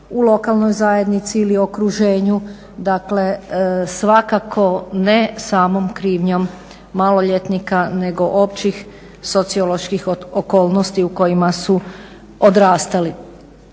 u lokalnoj zajednici ili okruženju. Dakle, svakako ne samom krivnjom maloljetnika nego općih socioloških okolnosti u kojima su odrastali.